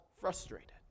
frustrated